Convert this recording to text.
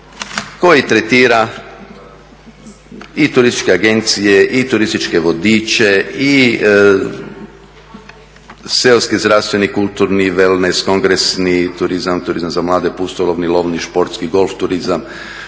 koji tretira i turističke agencije, i turističke vodiče, i seoski, zdravstveni, kulturni, wellnes, kongresni turizam turizam za mlade, pustolovni lovni športski golf turizam,